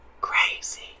crazy